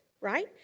right